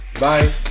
Bye